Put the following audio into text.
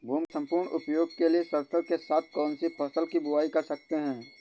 भूमि के सम्पूर्ण उपयोग के लिए सरसो के साथ कौन सी फसल की बुआई कर सकते हैं?